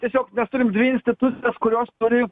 tiesiog mes turim dvi institucijas kurios turi